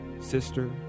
sister